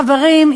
חברים,